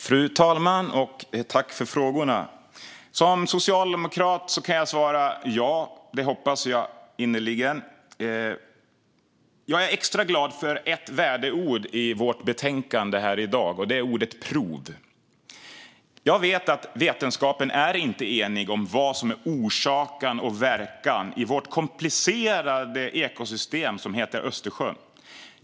Fru talman! Tack för frågorna! Som socialdemokrat kan jag svara: Ja, det hoppas jag innerligen. Jag är extra glad för ett värdeord i vårt betänkande här i dag, och det är ordet prov. Jag vet att vetenskapen inte är enig om vad som är orsak och verkan i det komplicerade ekosystem vi har som heter Östersjön.